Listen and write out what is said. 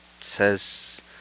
says